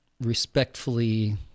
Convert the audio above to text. respectfully